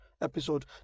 episode